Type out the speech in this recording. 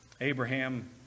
Abraham